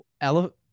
elephant